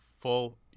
full